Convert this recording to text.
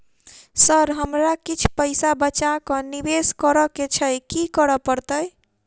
Sir हमरा किछ पैसा बचा कऽ निवेश करऽ केँ छैय की करऽ परतै?